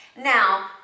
Now